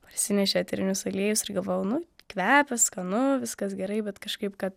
parsinešė eterinius aliejus ir galvojau nu kvepia skanu viskas gerai bet kažkaip kad